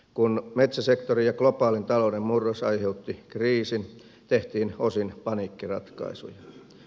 kun metsäsektorin ja globaalin talouden murros aiheutti kriisin tehtiin osin paniikkiratkaisuja